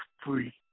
free